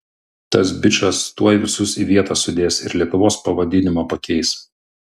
tas bičas tuoj visus į vietą sudės ir lietuvos pavadinimą pakeis